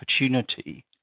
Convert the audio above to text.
opportunity